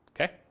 Okay